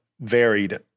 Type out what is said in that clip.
varied